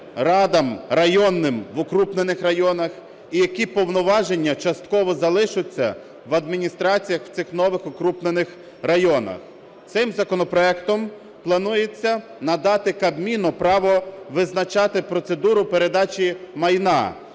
радам районним в укрупнених районах і які повноваження частково залишаться в адміністраціях в цих нових укрупнених районах. Цим законопроектом планується надати Кабміну право визначати процедуру передачі майна.